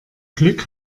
glück